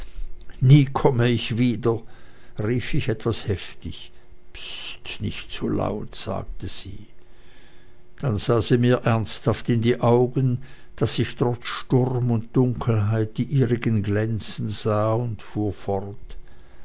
nie komme ich wieder rief ich etwas heftig bst nicht so laut sagte sie dann sah sie mir ernsthaft in die augen daß ich trotz sturm und dunkelheit die ihrigen glänzen sah und fuhr fort